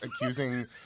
accusing